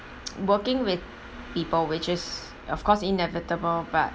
working with people which is of course inevitable but